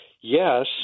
yes